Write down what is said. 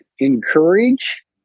encourage